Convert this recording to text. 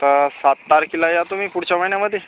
तर सात तारखेला या तुम्ही पुढच्या महिन्यामध्ये